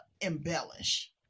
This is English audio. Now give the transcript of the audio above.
embellish